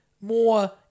more